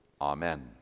Amen